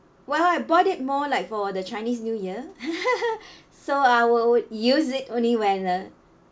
well I bought it more like for the chinese new year so I will use it only when uh